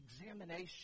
examination